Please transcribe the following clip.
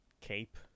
cape